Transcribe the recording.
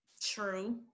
true